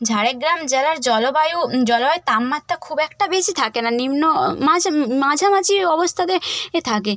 ঝাড়গ্রাম জেলার জলবায়ু জলবায়ুর তাপমাত্রা খুব একটা বেশি থাকে না নিম্ন মাঝা মাঝামাঝি অবস্থাতে থাকে